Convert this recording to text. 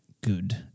good